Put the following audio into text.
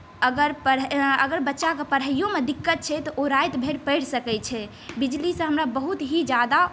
अगर बच्चाकेँ पढ़ाइयोमे दिक्कत छै तऽ ओ राति भरि पढ़ि सकै छै बिजलीसँ हमरा बहुत ही ज्यादा